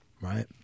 right